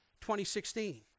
2016